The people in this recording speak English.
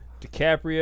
DiCaprio